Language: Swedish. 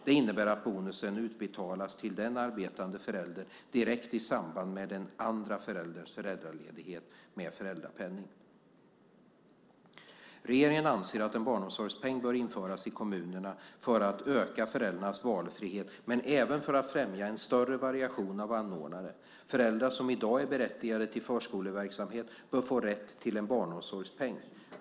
Detta innebär att bonusen utbetalas till den arbetande föräldern direkt i samband med den andra förälderns föräldraledighet med föräldrapenning. Regeringen anser att en barnomsorgspeng bör införas i kommunerna för att öka föräldrarnas valfrihet men även för att främja en större variation av anordnare. Föräldrar som i dag är berättigade till förskoleverksamhet bör få rätt till en barnomsorgspeng.